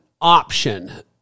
option